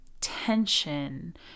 tension